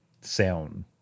sound